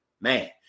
Man